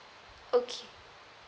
okay